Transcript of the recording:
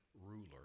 ruler